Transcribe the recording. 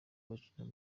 gukina